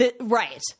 right